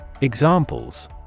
Examples